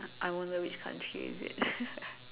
I wonder which country is it